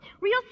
Real